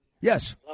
Yes